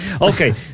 okay